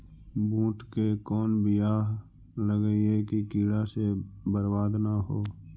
बुंट के कौन बियाह लगइयै कि कीड़ा से बरबाद न हो?